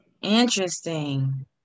Interesting